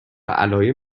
علائم